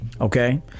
okay